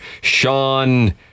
Sean